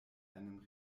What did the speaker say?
einem